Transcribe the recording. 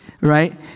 right